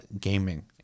gaming